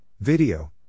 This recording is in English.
Video